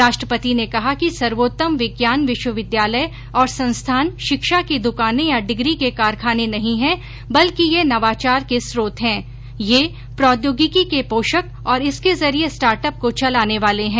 राष्ट्रपति ने कहा कि सर्वोत्तम विज्ञान विश्वविद्यालय और संस्थान शिक्षा की दुकाने या डिग्री के कारखाने नहीं हैं बल्कि ये नवाचार के स्रोत हैं ये प्रौद्योगिकी के पोषक और इसके जरिए स्टार्ट अप को चलाने वाले हैं